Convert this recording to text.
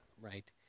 right